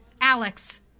Alex